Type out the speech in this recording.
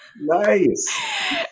Nice